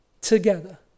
together